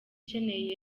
ukeneye